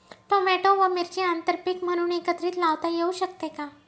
Tomato व मिरची आंतरपीक म्हणून एकत्रित लावता येऊ शकते का?